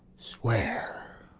swear.